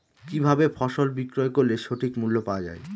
কি ভাবে ফসল বিক্রয় করলে সঠিক মূল্য পাওয়া য়ায়?